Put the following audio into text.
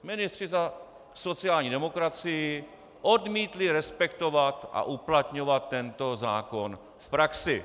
Ministři za sociální demokracii odmítli respektovat a uplatňovat ten zákon v praxi.